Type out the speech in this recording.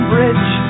Bridge